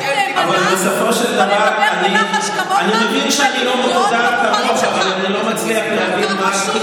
נאמנה מאשר לדבר בלחש כמוך ולבגוד בבוחרים שלך.